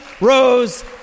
Rose